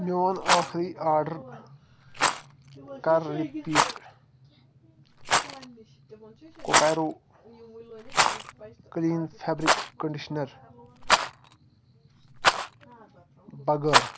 میون ٲخری آرڈر کر رِپیٖٹ کوپٮ۪رو کٔلیٖن فٮ۪برِک کٔنڈِشنر بَغٲر